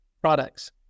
products